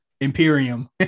Imperium